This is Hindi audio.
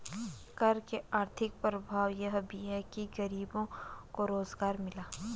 कर के आर्थिक प्रभाव यह भी है कि गरीबों को रोजगार मिला